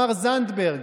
אני אומר,